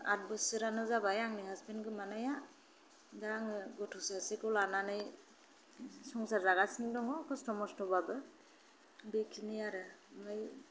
आठ बोसोरानो जाबाय आंनि हासबेन गोमानाया फिसा सासेखौ लानानै संसार जागासिनो दङ खसथ' मसथ' बाबो बे खिनि आरो ओमफाय